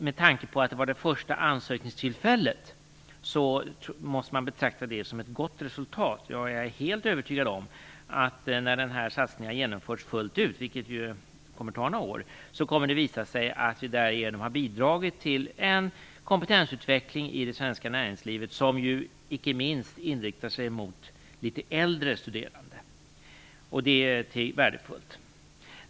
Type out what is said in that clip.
Med tanke på att det var det första ansökningstillfället måste man betrakta det som ett gott resultat. Jag är helt övertygad om att när den här satsningen har genomförts fullt ut - vilket ju tar några år - kommer det att visa sig att den har bidragit till en kompetensutveckling i det svenska näringslivet som ju icke minst inriktar sig mot litet äldre studerande, och det är värdefullt.